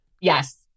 Yes